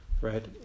right